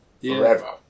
forever